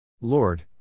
Lord